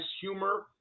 humor